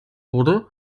wurde